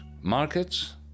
Markets